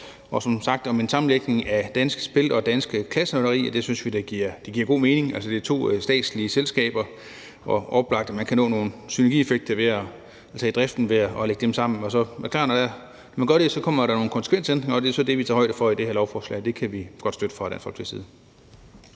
en sammenlægning af Danske Spil og Det Danske Klasselotteri, og det synes vi da giver god mening. Altså, det er to statslige selskaber, og det er oplagt, at man kan opnå nogle synergieffekter i driften ved at lægge dem sammen. Det er klart, at når man gør det, kommer der nogle konsekvensændringer, og det er så det, vi tager højde for i det her lovforslag. Det kan vi godt støtte fra Dansk Folkepartis side.